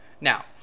Now